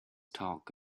talk